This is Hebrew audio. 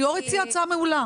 היו"ר הציע הצעה מעולה,